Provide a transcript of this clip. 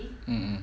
mm mm